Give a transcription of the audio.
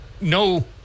No